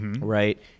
Right